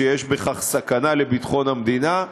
ויש בכך סכנה לביטחון המדינה.